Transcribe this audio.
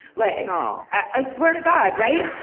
like oh. i swear to god, right?